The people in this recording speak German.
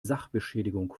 sachbeschädigung